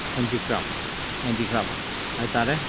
handicraft handicraft ꯍꯥꯏꯇꯔꯦ